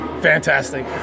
Fantastic